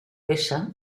esa